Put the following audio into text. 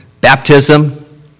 baptism